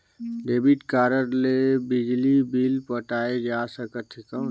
Debit card ले बिजली bill पटाय जा सकथे कौन?